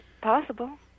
Possible